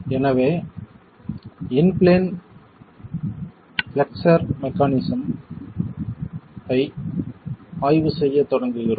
எனவே in plane flexure mechanism ஐ ஆய்வு செய்யத் தொடங்குகிறோம்